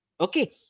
Okay